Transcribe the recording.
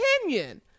opinion